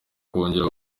kongera